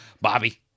Bobby